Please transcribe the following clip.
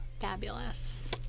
fabulous